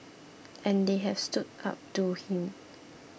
and they have stood up to him